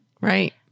right